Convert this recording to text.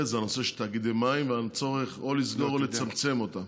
זה הנושא של תאגידי מים והצורך או לסגור או לצמצם אותם.